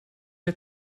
der